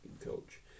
coach